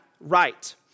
right